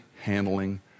handling